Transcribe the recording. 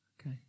Okay